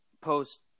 post